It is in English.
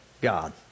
God